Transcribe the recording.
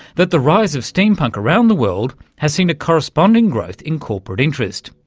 that the rise of steampunk around the world has seen a corresponding growth in corporate interest,